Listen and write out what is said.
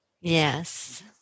yes